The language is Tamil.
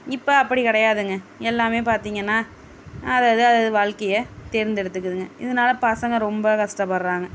இப்ப அப்படி கிடையாதுங்க எல்லாம் பார்த்திங்கன்னா அது அது அது அது வாழ்க்கையை தேர்ந்தெடுத்துகிதுங்க இதனால பசங்கள் ரொம்ப கஷ்டப்படுகிறாங்க